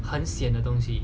很 sian 的东西